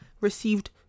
received